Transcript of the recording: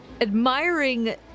admiring